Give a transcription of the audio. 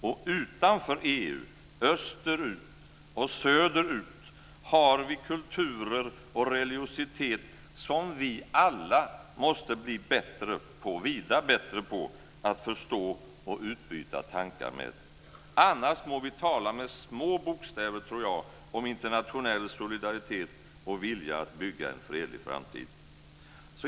Och utanför EU, österut och söderut, har vi kulturer och religiositet som vi alla måste bli vida bättre på att förstå och utbyta tankar med. Annars må vi tala med små bokstäver om internationell solidaritet och vilja att bygga en fredlig framtid.